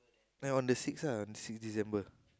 ya on the sixth ah sixth December